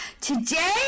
Today